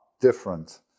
different